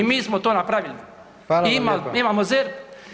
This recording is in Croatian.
I mi smo to napravili [[Upadica predsjednik: Hvala vam.]] Imamo ZERP